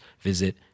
visit